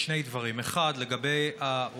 שני דברים: האחד, לגבי העוטף.